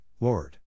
Lord